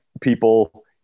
people